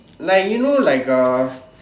like you know like a